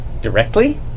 Directly